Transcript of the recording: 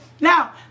Now